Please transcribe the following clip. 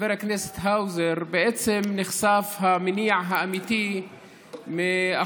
חבר הכנסת האוזר בעצם נחשף המניע האמיתי מאחורי